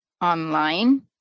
online